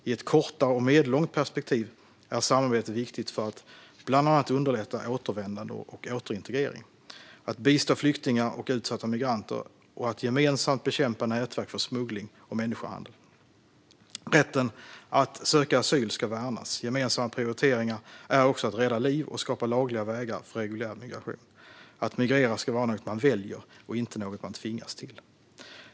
I ett kortare och medellångt perspektiv är samarbetet viktigt för att bland annat underlätta återvändande och återintegrering, att bistå flyktingar och utsatta migranter och att gemensamt bekämpa nätverk för smuggling och människohandel. Rätten att söka asyl ska värnas. Gemensamma prioriteringar är också att rädda liv och att skapa lagliga vägar för reguljär migration. Att migrera ska vara något man väljer och inte något man tvingas till.